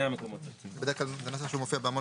ההערה הזאת נכונה גם לגבי ועדת האישורים הארצית.